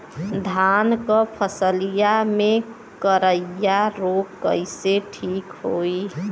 धान क फसलिया मे करईया रोग कईसे ठीक होई?